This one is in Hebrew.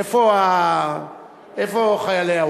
איפה חיילי האוצר?